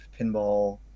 pinball